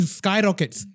skyrockets